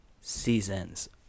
seasons